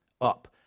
up